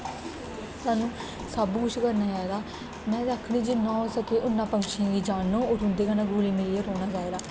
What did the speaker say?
सानूं सब कुछ करना चाहिदा में ते आक्खनी जिन्ना होई सके पंक्षियें गी जानो होर उं'दे कन्नै घुली मिलियै रौह्ना चाहिदा